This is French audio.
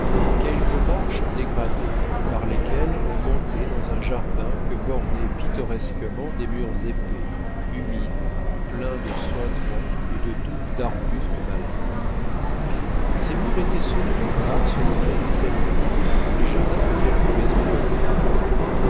quelques marches dégradées par lesquelles on montait dans un jardin que bornaient pittoresquement des murs épais humides pleins de suintements et de touffes d'arbustes malingres ces murs étaient ceux du rempart sur lequel s'élevaient les jardins de quelques maisons voisines